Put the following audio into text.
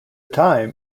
time